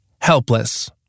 Helpless